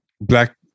black